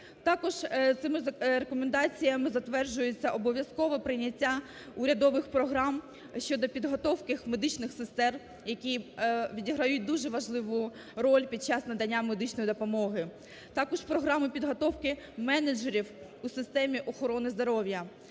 Також цими рекомендаціями затверджується обов'язкове прийняття урядових програм щодо підготовки медичних сестер, які відіграють дуже важливу роль під час надання медичної допомоги, також програмою підготовки менеджерів у системі охорони здоров'я.